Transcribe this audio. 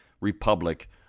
republic